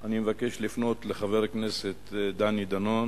אני מבקש לפנות אל חבר הכנסת דני דנון